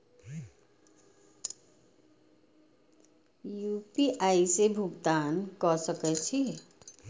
UPI से भुगतान क सके छी?